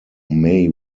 may